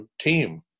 team